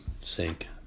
sink